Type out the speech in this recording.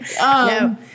No